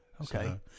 Okay